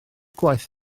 gwaith